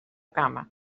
cama